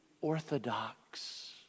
orthodox